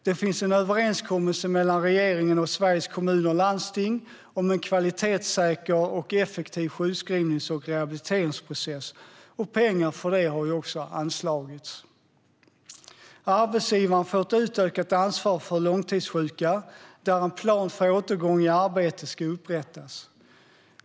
Det finns en överenskommelse mellan regeringen och Sveriges Kommuner och Landsting om en kvalitetssäker och effektiv sjukskrivnings och rehabiliteringsprocess, och pengar för det har också anslagits. Arbetsgivaren får ett utökat ansvar för långtidssjuka, där en plan för återgång i arbete ska upprättas.